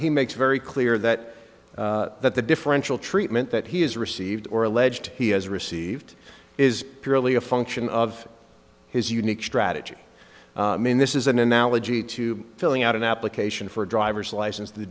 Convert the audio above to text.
he makes very clear that that the differential treatment that he has received or alleged he has received is purely a function of his unique strategy i mean this is an analogy to filling out an application for a driver's license the